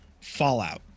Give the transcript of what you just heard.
Fallout